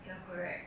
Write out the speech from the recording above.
ya correct